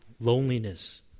loneliness